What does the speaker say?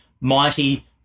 mighty